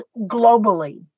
globally